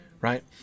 right